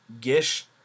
Gish